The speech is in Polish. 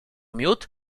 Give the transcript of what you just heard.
miód